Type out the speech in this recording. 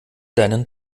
deinen